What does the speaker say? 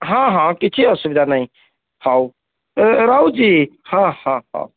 ହଁ ହଁ କିଛି ଅସୁବିଧା ନାହିଁ ହଉ ରହୁଛି ହଁ ହଁ ହଁ